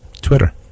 Twitter